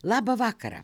labą vakarą